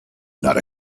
not